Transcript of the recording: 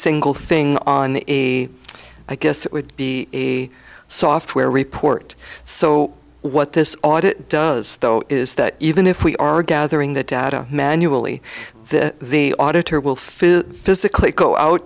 single thing on a i guess it would be a software report so what this audit does though is that even if we are gathering the data manually that the auditor will fill physically go out